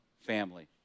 family